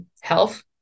health